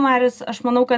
marios aš manau kad